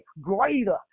greater